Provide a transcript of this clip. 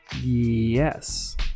Yes